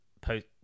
post